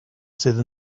sydd